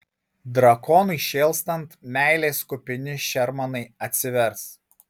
drakonui šėlstant meilės kupini šermanai atsivers